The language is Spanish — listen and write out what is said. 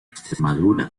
extremadura